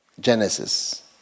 Genesis